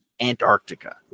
Antarctica